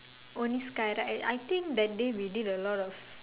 only skydive I think that day we did a lot of